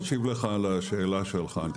לגבי נושא של הגדרת